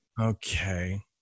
Okay